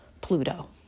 Pluto